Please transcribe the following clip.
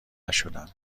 نشدم